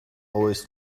always